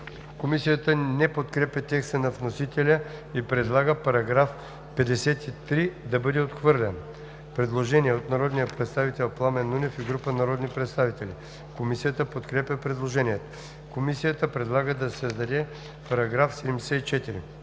Комисията не подкрепя текста на вносителя и предлага § 53 да бъде отхвърлен. Предложение на народния представител Пламен Нунев и група народни представители: Комисията подкрепя предложението. Комисията предала да се създаде нов § 74: